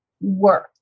work